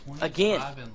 again